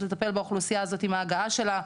לטפל באוכלוסייה הזאת עם ההגעה שלה,